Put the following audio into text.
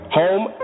home